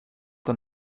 den